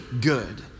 good